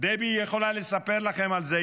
דבי יכולה לספר לכם על זה,